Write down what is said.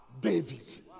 David